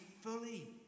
fully